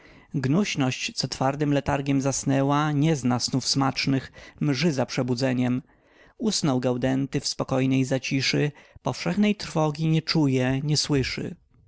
gnuśność co twardym letargiem zasnęła nie zna snów smacznych mży za przebudzeniem usnął gaudenty w spokojnej zaciszy powszechnej trwogi nie czuje nie słyszy